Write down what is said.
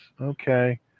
Okay